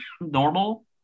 normal